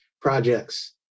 projects